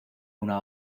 una